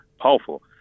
powerful